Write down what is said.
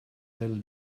del